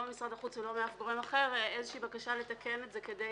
לא ממשרד החוץ ולא מאף גורם אחר בקשה לתקן את זה כדי